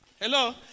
Hello